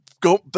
go